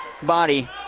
body